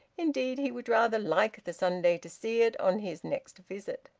indeed he would rather like the sunday to see it, on his next visit.